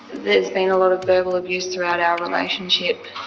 there's been a lot of verbal abuse throughout our relationship